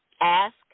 ask